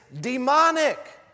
demonic